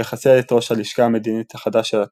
לחסל את ראש הלשכה המדינית החדש של התנועה,